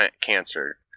cancer